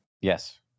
Yes